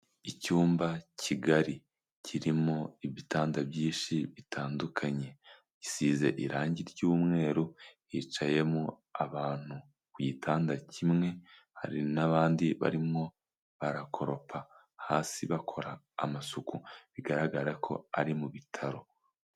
Icyumba kigari kirimo ibitanda byinshi bitandukanye. gisize irangi ry'umweru, hicayemo abantu ku gitangada kimwe hari n'abandi barimo barakoropa hasi bakora amasuku bigaragara ko ari mu bitaro.